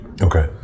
Okay